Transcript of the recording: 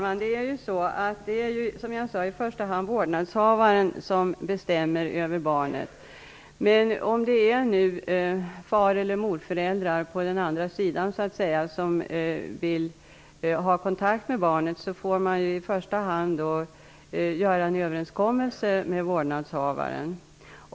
Fru talman! Som jag sade är det i första hand vårdnadshavaren som bestämmer över barnet. Om far eller morföräldrar så att säga på den andra sidan vill ha kontakt med barnet, får de i första hand träffa en överenskommelse med vårdnadshavaren.